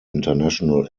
international